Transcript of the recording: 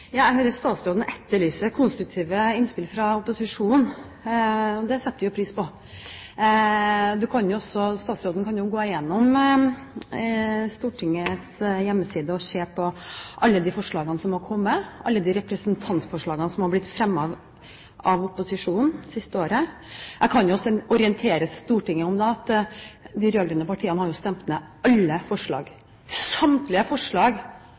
Jeg hører statsråden etterlyse konstruktive innspill fra opposisjonen. Det setter vi pris på. Statsråden kan jo gå gjennom Stortingets hjemmeside og se på alle de forslagene som har kommet, alle de representantforslagene som er blitt fremmet av opposisjonen det siste året. Jeg kan jo også orientere Stortinget om at de rød-grønne partiene har stemt ned alle forslag. Samtlige forslag